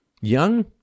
Young